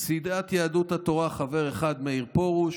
סיעת יהדות התורה, חבר אחד: מאיר פרוש,